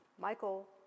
Michael